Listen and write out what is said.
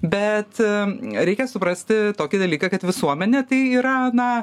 bet reikia suprasti tokį dalyką kad visuomenė tai yra na